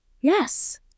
Yes